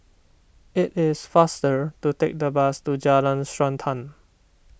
it is faster to take the bus to Jalan Srantan